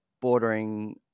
bordering